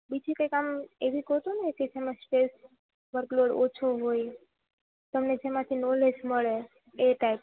બીજી કૈક આમ એવી ગોતોને જેમાં સ્ટ્રેસ વર્કલોડ ઓછો હોય તમને જેમાંથી નોલેજ મળે એ ટાઈપ